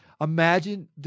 imagine